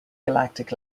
galactic